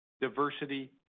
diversity